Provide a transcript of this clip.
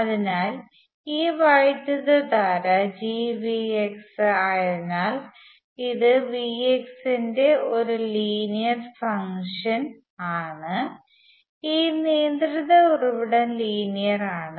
അതിനാൽ ഈ വൈദ്യുതധാര ജിവിഎക്സ് ആയതിനാൽ ഇത് വിഎക്സിന്റെ ഒരു ലീനിയർ ഫങ്ക്ഷൻ ആണ് ഈ നിയന്ത്രിത ഉറവിടം ലീനിയർ ആണ്